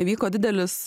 vyko didelis